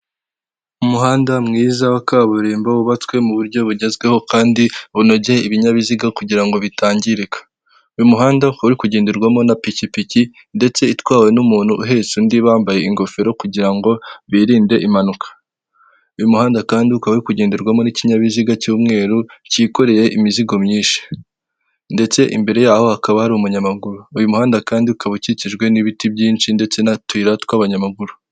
Umuhanda mwiza wa kaburimbo wubatswe mu buryo bugezweho kandi bunogeye ibinyabiziga kugira bitangirika .Uyu muhanda ukaba uri kugenderwamo napikipiki ndetse itwawe n'umuntu uhetse undi bambaye ingofero kugirango ngo birinde impanuka. Uyu muhanda kandi ukaba uri kugenderwamo n'ikinyabiziga cy'umweru cyikoreye imizigo myinshi, ndetse imbere yaho hakaba ari umunyamaguru .Uyu muhanda kandi ukaba ukikijwe n'ibiti byinshi ndetse n'utuyira tw'abanyamaguru.